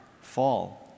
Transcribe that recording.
fall